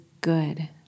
good